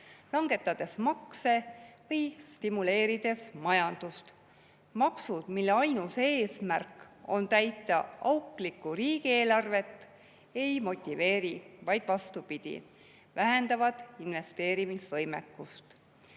langetades makse või stimuleerides majandust. Maksud, mille ainus eesmärk on täita auklikku riigieelarvet, ei motiveeri, vaid vastupidi, vähendavad investeerimisvõimekust.